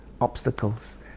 obstacles